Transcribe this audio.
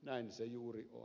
näin se juuri on